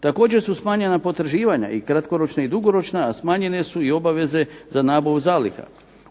Također su smanjena potraživanja i kratkoročna i dugoročna, a smanjene su i obaveze za nabavu zaliha.